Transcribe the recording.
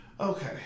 Okay